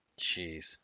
Jeez